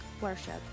worship